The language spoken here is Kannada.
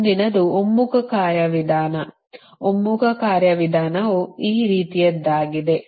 ಮುಂದಿನದು ಒಮ್ಮುಖ ಕಾರ್ಯವಿಧಾನ ಒಮ್ಮುಖ ಕಾರ್ಯವಿಧಾನವು ಈ ರೀತಿಯದ್ದಾಗಿದೆ